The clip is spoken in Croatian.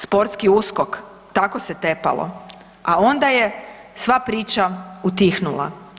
Sportski USKOK, tako se tepalo, a onda je sva priča utihnula.